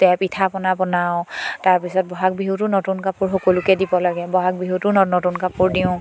তে পিঠা পনা বনাওঁ তাৰপিছত বহাগ বিহুতো নতুন কাপোৰ সকলোকে দিব লাগে বহাগ বিহুতো নতুন কাপোৰ দিওঁ